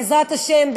בעזרת השם,